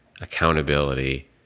accountability